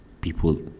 people